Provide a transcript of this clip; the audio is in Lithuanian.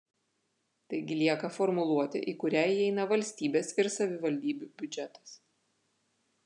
taigi lieka formuluotė į kurią įeina valstybės ir savivaldybių biudžetas